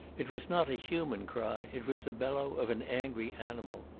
it was not a human cry it was the bellow of an angry animal.